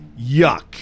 Yuck